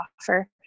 offer